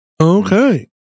okay